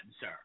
sir